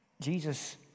Jesus